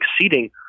exceeding